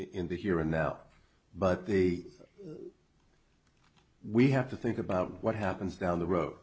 in the here and now but the we have to think about what happens down the road